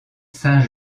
saint